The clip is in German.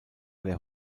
der